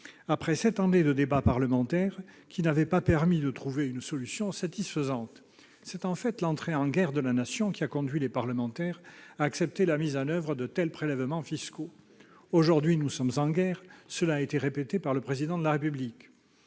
Après sept années de débats parlementaires qui n'avaient pas permis de trouver une solution satisfaisante, c'est l'entrée en guerre de la Nation qui a conduit les parlementaires à accepter la mise en oeuvre de tels prélèvements fiscaux. À l'heure actuelle, nous sommes en guerre, comme l'a répété le Président de la République.